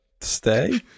stay